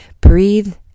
breathe